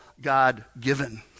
God-given